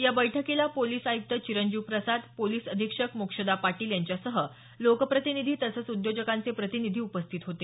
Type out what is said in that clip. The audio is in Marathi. या बैठकीला पोलीस आय़्क्त चिरंजीव प्रसाद पोलीस अधीक्षक मोक्षदा पाटील यांच्यासह लोकप्रतिनिधी तसंच उद्योजकांचे प्रतिनिधी उपस्थित होते